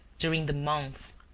during the months,